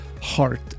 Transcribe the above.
heart